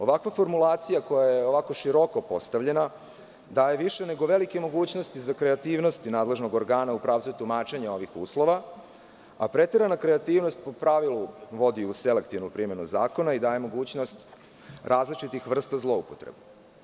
Ovakva formulacija koja je ovako široko postavljena daje više nego velike mogućnosti za kreativnosti nadležnog organa u pravcu tumačenja ovih uslova, a preterana kreativnost po pravilu vodi u selektivnu primenu zakona i daje mogućnost različitih vrsta zloupotreba.